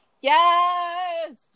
Yes